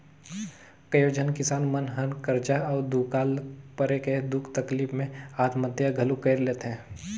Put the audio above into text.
कयोझन किसान मन हर करजा अउ दुकाल परे के दुख तकलीप मे आत्महत्या घलो कइर लेथे